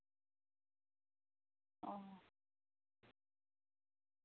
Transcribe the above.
ᱚᱻ